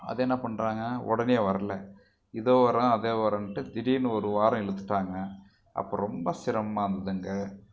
அது என்ன பண்ணுறாங்க உடனே வரல இதோ வரேன் அதே வரேன்ட்டு திடீரெனு ஒரு வாரம் இழுத்துட்டாங்க அப்போ ரொம்ப சிரமமாக இருந்ததுங்க